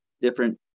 different